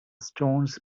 stones